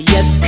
Yes